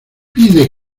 pide